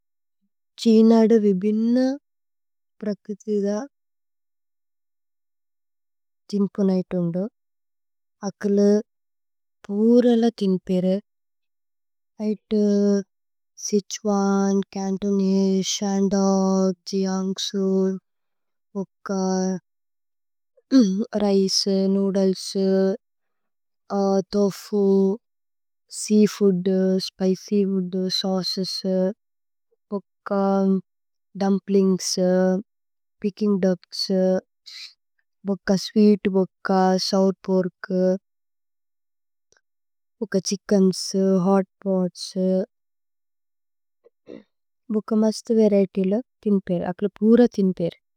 ഛ്ഹേനാദ വിബിന്ന പ്രകസിധ ഥിന്പനൈതുന്ദു। അക്കല പൂരല ഥിന്പേരു സിത്ഛ്വന് ഛന്തോനേസേ। ശന്ദോക്, ജിഅന്ഗ്സു, പോക്ക, rice, noodles, tofu. Seafood, spicy food, sauces, പോക്ക, ദുമ്പ്ലിന്ഗ്സ്। പിച്കിന്ഗ് ദുച്ക്സ്, പോക്ക സ്വീത്, പോക്ക സോഉര് പോര്ക്। പോക്ക ഛിച്കേന്സ്, ഹോത് പോത്സ്, പോക്ക മസ്ത് വരിഏത്യ്। ല ഥിന്പേരു അക്കല പൂര ഥിന്പേരു।